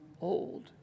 old